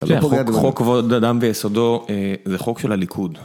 חוק כבוד האדם ביסודו זה חוק של הליכוד.